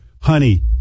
Honey